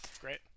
Great